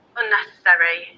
unnecessary